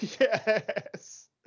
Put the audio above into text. Yes